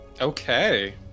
Okay